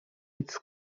its